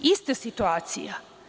Ista situacija.